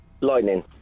Lightning